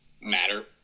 matter